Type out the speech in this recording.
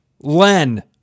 Len